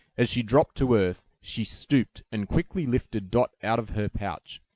as she dropped to earth, she stooped, and quickly lifted dot out of her pouch,